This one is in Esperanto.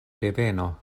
deveno